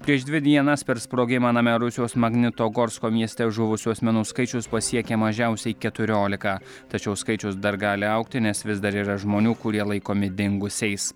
prieš dvi dienas per sprogimą name rusijos magnetogorsko mieste žuvusių asmenų skaičius pasiekė mažiausiai keturiolika tačiau skaičius dar gali augti nes vis dar yra žmonių kurie laikomi dingusiais